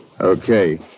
Okay